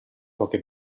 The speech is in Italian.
poche